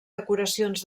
decoracions